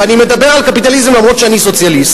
ואני מדבר על קפיטליזם למרות שאני סוציאליסט,